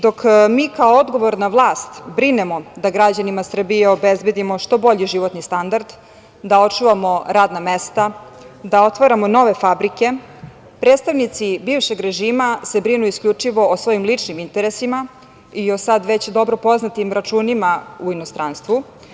Dok mi kao odgovorna vlast brinemo da građanima Srbije obezbedimo što bolji životni standard, da očuvamo radna mesta, da otvaramo nove fabrike, predstavnici bivšeg režima se brinu isključivo o svojim ličnim interesima i o sad već dobro poznatim računima u inostranstvu.